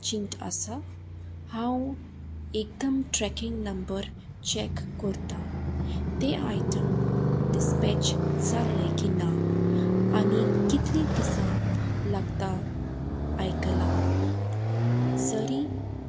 चिंत आसा हांव एकदम ट्रॅकिंग नंबर चॅक करता तें आयटम डिस्पॅच जाल्लें की ना आनी कितलीं दिसां लागता आयकलां जरी